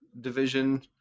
division